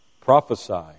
prophesy